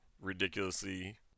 ridiculously